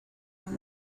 and